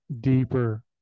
deeper